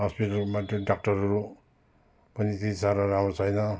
हस्पिटलमा त्यो डाक्टरहरू पनि त्यति साह्रो राम्रो छैन